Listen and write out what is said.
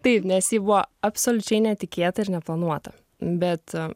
taip nes ji buvo absoliučiai netikėta ir neplanuota bet